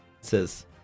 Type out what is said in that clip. says